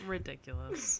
Ridiculous